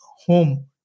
home